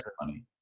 money